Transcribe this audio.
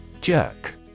Jerk